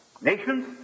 nations